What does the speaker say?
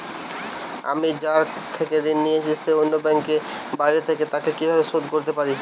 আমি যার থেকে ঋণ নিয়েছে সে অন্য ব্যাংকে ও বাইরে থাকে, তাকে কীভাবে শোধ করতে পারি?